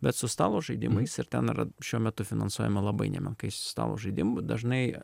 bet su stalo žaidimais ir ten yra šiuo metu finansuojama labai nemenkai stalo žaidimų dažnai